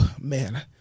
man